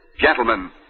Gentlemen